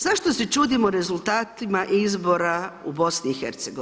Zašto se čudimo rezultatima izborima u BIHI?